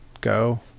go